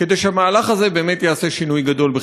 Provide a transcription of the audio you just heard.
כדי שהמהלך הזה באמת יעשה שינוי גדול.